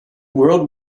world